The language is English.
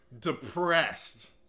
depressed